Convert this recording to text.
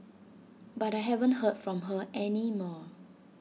but I haven't heard from her any more